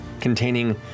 containing